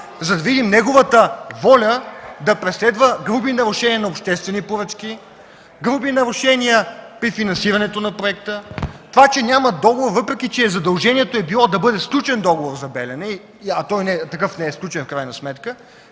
за да видим неговата воля да преследва груби нарушения на обществени поръчки, груби нарушения при финансирането на проекта, това че няма договор. Въпреки че задължението е било да бъде сключен договор за „Белене”, такъв не е сключен в крайна сметка.